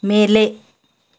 ಮೇಲೆ